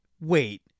Wait